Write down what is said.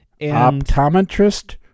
Optometrist